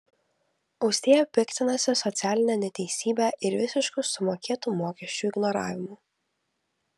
austėja piktinasi socialine neteisybe ir visišku sumokėtų mokesčių ignoravimu